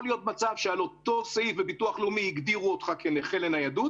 אותו סעיף בביטוח לאומי הגדירו אותך כנכה לניידות